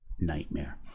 Nightmare